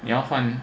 你要换